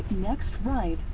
next right.